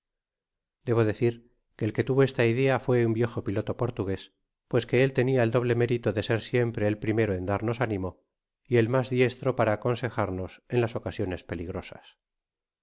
debo decir que el que tuvo esta idea fue un viejo piloto portugués pues que el tenia el doble mérito de ser siempre el primero en darnos ánimo y el mas diesho para aconsejarnos en las ocasiones peligrosas